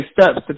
steps